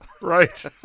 Right